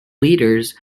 leaders